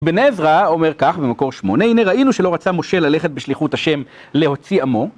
בני אברה אומר כך במקור 8, הנה ראינו שלא רצה משה ללכת בשליחות השם להוציא עמו.